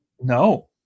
No